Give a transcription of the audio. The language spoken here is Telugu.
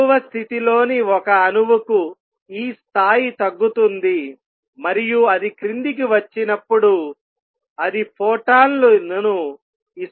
ఎగువ స్థితి లోని ఒక అణువుకు ఈ స్థాయి తగ్గుతుంది మరియు అది క్రిందికి వచ్చినప్పుడు అది ఫోటాన్లను ఇస్తుంది